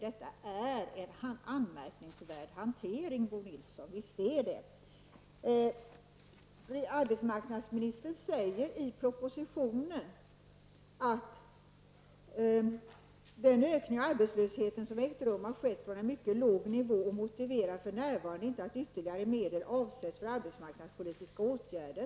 Detta är en anmärkningsvärd hantering, Bo Nilsson. Arbetsmarknadsministern säger i propositionen att den ökning av arbetslösheten som har ägt rum har skett från en mycket låg nivå och för närvarande inte motiverar att ytterligare medel avsätts för arbetsmarknadspolitiska åtgärder.